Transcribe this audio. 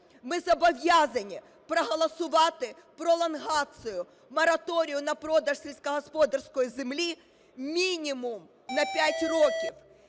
ми зобов'язані проголосувати пролонгацію мораторію на продаж сільськогосподарської землі мінімум на 5 років.